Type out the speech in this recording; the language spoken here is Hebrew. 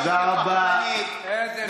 זה נקרא קואליציה פחדנית, ממשלה פחדנית.